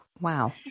Wow